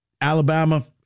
Alabama